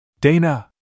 Dana